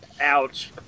Ouch